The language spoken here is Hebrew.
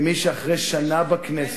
ממי שאחרי שנה בכנסת,